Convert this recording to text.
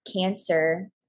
cancer